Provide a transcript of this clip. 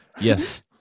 Yes